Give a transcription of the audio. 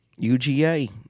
UGA